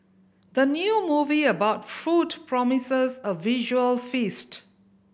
the new movie about food promises a visual feast